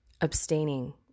abstaining